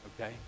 okay